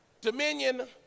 Dominion